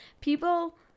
People